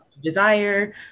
desire